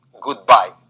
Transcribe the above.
goodbye